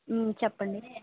చెప్పండి